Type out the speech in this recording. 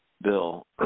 bill